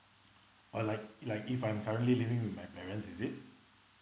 or like like if I'm currently living with my parents is it